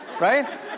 Right